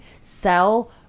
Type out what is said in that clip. sell